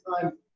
time